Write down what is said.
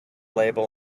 label